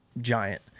giant